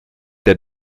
der